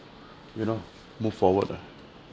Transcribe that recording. you know move forward ah